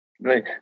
Right